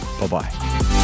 Bye-bye